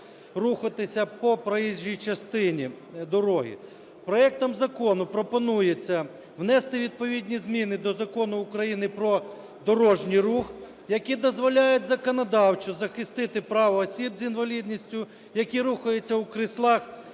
рухатися по проїжджій частині дороги. Проектом закону пропонується внести відповідні зміни до Закону України "Про дорожній рух", які дозволяють законодавчо захистити право осіб з інвалідністю, які рухаються у кріслах